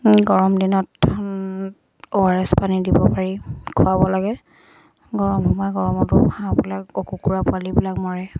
গৰম দিনত O R S পানী দিব পাৰি খুৱাব লাগে গৰম হোৱা গৰমতো হাঁহবিলাক কুকুৰা পোৱালিবিলাক মৰে